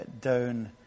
down